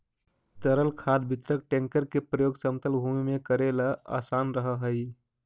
तरल खाद वितरक टेंकर के प्रयोग समतल भूमि में कऽरेला असान रहऽ हई